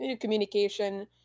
Communication